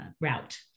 route